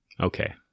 okay